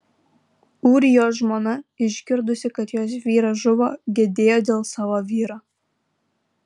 ūrijos žmona išgirdusi kad jos vyras žuvo gedėjo dėl savo vyro